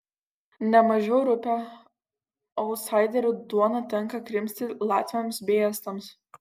ne mažiau rupią autsaiderių duoną tenka krimsti latviams bei estams